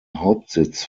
hauptsitz